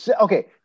okay